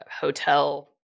hotel